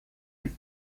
jest